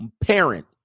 parent